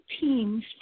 teams